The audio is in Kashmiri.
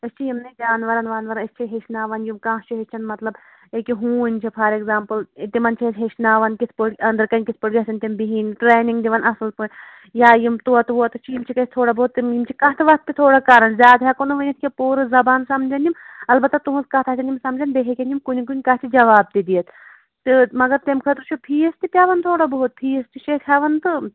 أسی چھِ یِمنٕے جانوَرن وانوَرَن أسۍ چھِ ہیٚچھناوَن یِم کانٛہہ چھُ ہیٚچھن مطلب ییٚکہِ ہوٗن چھِ فار ایٚکزامپٔل تِمن چھِ ہیٚچھناون کِتھٕ پٲٹھۍ أنٛدرٕ کَنہِ کِتھٕ پٲٹھۍ گژھن تِم بِہِنۍ ٹرٛینِگ دِوان اَصٕل پٲٹھۍ یا یِم طوطہٕ ووٚطہٕ چھِ یِم چھِکھ اَسہِ تھوڑا بہت تِم چھِ کَتھٕ وَتھٕ تہِ تھوڑا کران زیادٕ ہیٚکَو نہٕ ؤنِتھ کیٚنٛہہ پوٗرٕ زَبان سَمجھن یِم اَلبتہٕ تُہٕنز کَتھ اگر یِم سَمجھن بیٚیہِ ہیٚکن یِم کُنہِ کُنہِ کَتھِ جِواب تہِ دِتھ تہٕ مَگر تَمہِ خٲطرٕ چھُ فیٖس تہِ پیٚوان تھوڑا بہت فیٖس تہِ چھِ أسۍ ہیٚوان تہٕ